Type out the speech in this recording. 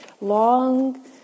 long